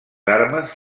armes